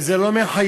וזה לא מחייב,